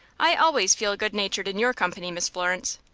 i always feel good-natured in your company, miss florence.